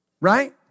Right